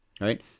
right